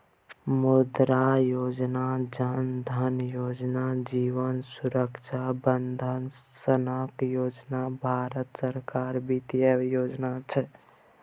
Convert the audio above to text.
मुद्रा योजना, जन धन योजना, जीबन सुरक्षा बंदन सनक योजना भारत सरकारक बित्तीय योजना छै